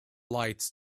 lights